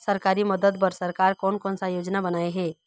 सरकारी मदद बर सरकार कोन कौन सा योजना बनाए हे?